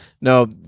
No